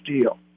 deal